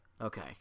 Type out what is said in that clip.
Okay